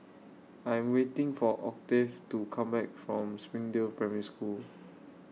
I'm waiting For Octave to Come Back from Springdale Primary School